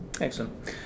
Excellent